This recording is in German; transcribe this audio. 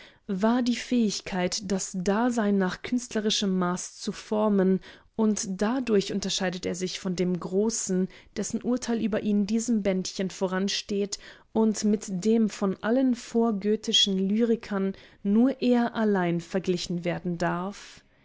war die fähigkeit das dasein nach künstlerischem maß zu formen und dadurch unterscheidet er sich von dem großen dessen urteil über ihn diesem bändchen voransteht und mit dem von allen vorgoethischen lyrikern nur er allein verglichen werden darf